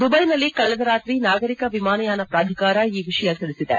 ದುಬೈನಲ್ಲಿ ಕಳೆದ ರಾತ್ರಿ ನಾಗರಿಕ ವಿಮಾನಯಾನ ಪಾಧಿಕಾರ ಈ ವಿಷಯ ತಿಳಿಸಿದೆ